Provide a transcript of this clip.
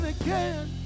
again